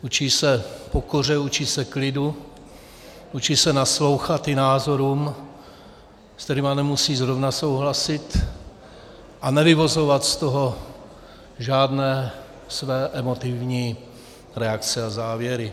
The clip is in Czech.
Učí se pokoře, učí se klidu, učí se naslouchat i názorům, se kterými nemusí zrovna souhlasit, a nevyvozovat z toho žádné své emotivní reakce a závěry.